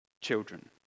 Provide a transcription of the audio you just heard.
children